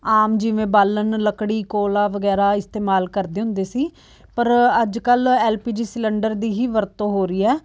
ਆਮ ਜਿਵੇਂ ਬਾਲਣ ਲੱਕੜੀ ਕੋਲਾ ਵਗੈਰਾ ਇਸਤੇਮਾਲ ਕਰਦੇ ਹੁੰਦੇ ਸੀ ਪਰ ਅੱਜ ਕੱਲ੍ਹ ਐੱਲ ਪੀ ਜੀ ਸਿਲੰਡਰ ਦੀ ਹੀ ਵਰਤੋਂ ਹੋ ਰਹੀ ਹੈ